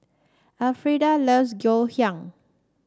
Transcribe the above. Alfreda loves Ngoh Hiang